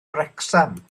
wrecsam